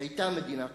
היתה מדינה כזאת.